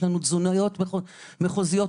יש תזונאיות מחוזיות,